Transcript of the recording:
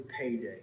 payday